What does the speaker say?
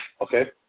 Okay